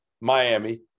Miami